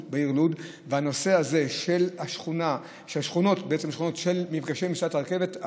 בעיר לוד בנושא הזה של השכונות ומפגשים עם מסילות הרכבת.